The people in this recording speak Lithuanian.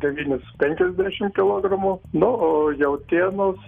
devynis penkiasdešim kilogramų nu o jautienos